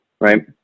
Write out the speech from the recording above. Right